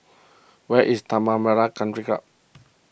where is Tanah Merah Country Club